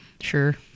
Sure